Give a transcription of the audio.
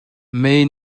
mei